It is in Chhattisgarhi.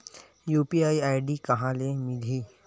यू.पी.आई आई.डी कहां ले मिलही?